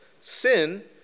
Sin